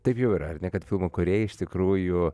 taip jau yra kad filmo kūrėjai iš tikrųjų